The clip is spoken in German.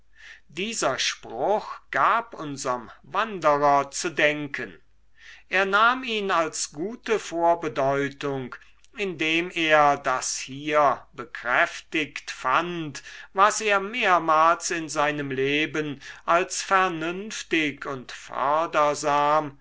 dieser spruch gab unserm wanderer zu denken er nahm ihn als gute vorbedeutung indem er das hier bekräftigt fand was er mehrmals in seinem leben als vernünftig und